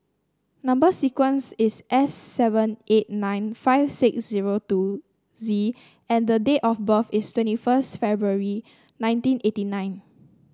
number sequence is S seven eight nine five six zero two Z and date of birth is twenty first February nineteen eighty nine